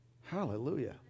Hallelujah